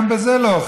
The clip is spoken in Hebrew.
גם בזה אני לא אוחז.